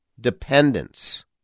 dependence